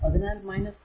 അതിനാൽ 6